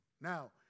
Now